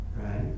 Right